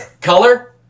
Color